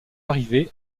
arrivé